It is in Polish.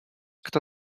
kto